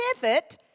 pivot